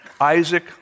Isaac